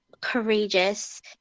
courageous